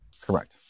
Correct